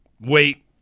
wait